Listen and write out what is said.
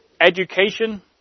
education